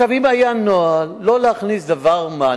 אם היה נוהל לא להכניס דבר מה,